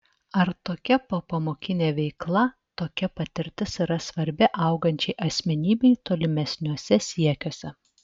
ar tokia popamokinė veikla tokia patirtis yra svarbi augančiai asmenybei tolimesniuose siekiuose